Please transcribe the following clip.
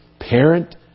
Parent